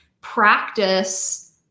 practice